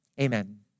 Amen